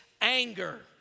anger